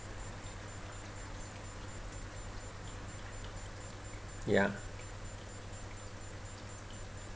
ya